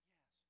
Yes